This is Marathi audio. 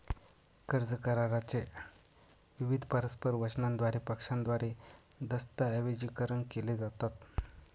कर्ज करारा चे विविध परस्पर वचनांद्वारे पक्षांद्वारे दस्तऐवजीकरण केले जातात